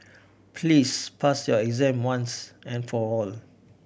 please pass your exam once and for all